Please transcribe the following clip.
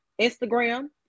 instagram